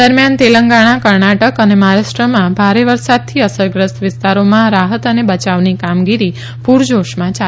દરમ્યાન તેલંગણા કર્ણાટક અને મહારાષ્ટ્રમાં ભારે વરસાદથી અસરગ્રસ્ત વિસ્તારોના રાહત અને બચાવની કામગીરી પુરજોશમાં ચાલી રહી છે